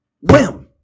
Wham